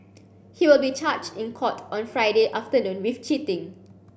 he will be charged in court on Friday afternoon with cheating